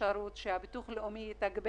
שהביטוח הלאומי ייתן